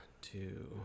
two